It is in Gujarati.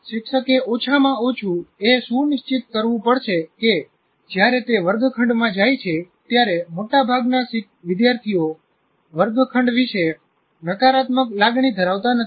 શિક્ષકે ઓછામાં ઓછું એ સુનિશ્ચિત કરવું પડશે કે જ્યારે તે વર્ગખંડમાં જાય છે ત્યારે મોટાભાગના વિદ્યાર્થીઓ વર્ગખંડ વિશે નકારાત્મક લાગણી ધરાવતા નથી